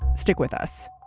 stick with us